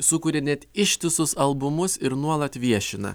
sukuria net ištisus albumus ir nuolat viešina